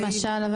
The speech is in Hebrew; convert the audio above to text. למשל?